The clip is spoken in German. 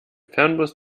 fernbus